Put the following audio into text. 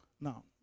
Now